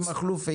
הולכים לצרוך את